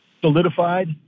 solidified